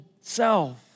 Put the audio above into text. self